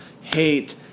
hate